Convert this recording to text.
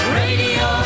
radio